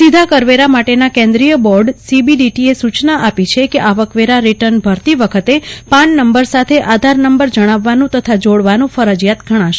સીધા કરવેરા માટેના કેન્દ્રીય બોર્ડ સીબીડીટીએ સુચના આપી છે કે આવકવેરા રીટર્ન ભરતી વખતે પાન નંબર સાથે આધાર નંબર જણાવવાનું તથા જોડવાનું આજથી ફરજીયાત ગણાશે